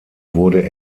wurde